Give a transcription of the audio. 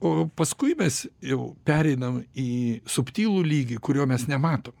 o paskui mes jau pereinam į subtilų lygį kurio mes nematom